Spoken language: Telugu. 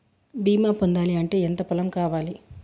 బీమా పొందాలి అంటే ఎంత పొలం కావాలి?